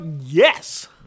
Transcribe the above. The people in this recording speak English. Yes